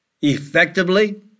effectively